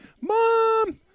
Mom